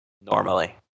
normally